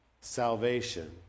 salvation